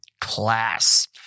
class